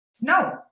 no